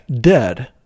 dead